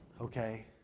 okay